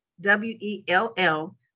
W-E-L-L